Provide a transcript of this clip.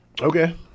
Okay